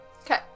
Okay